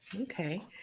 Okay